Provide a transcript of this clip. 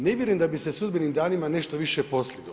Ne vjerujem da bi se sudbenim danima nešto više postiglo.